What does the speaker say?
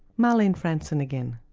marlene fransen again.